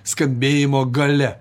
skambėjimo galia